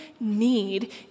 need